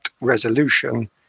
resolution